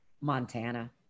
Montana